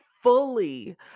fully